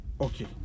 Okay